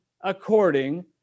according